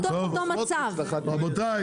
רבותיי